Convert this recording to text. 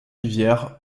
rivière